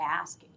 ask